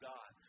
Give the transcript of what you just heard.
God